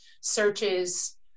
searches